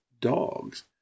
dogs